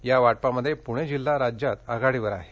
या वाटपामध्ये पुणे जिल्हा राज्यात आघाडीवर आहे